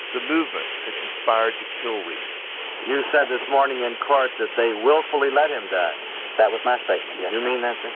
the movement had conspired to kill reeb you said this morning in court that they willfully let him die that was my statement, yes do you mean that,